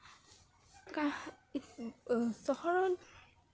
চহৰত